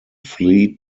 fleet